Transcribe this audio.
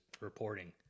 reporting